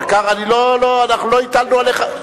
אנחנו לא הטלנו עליך,